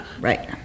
right